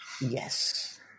yes